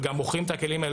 וגם מוכרים את הכלים האלה,